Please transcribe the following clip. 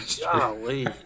golly